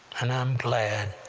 and i'm glad.